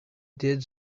did